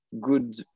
good